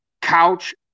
couch